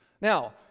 Now